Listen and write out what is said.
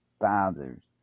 fathers